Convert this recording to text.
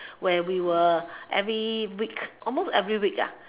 where we will every week almost every week